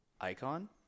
icon